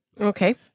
Okay